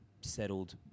settled